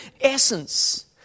essence